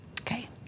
Okay